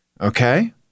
Okay